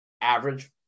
average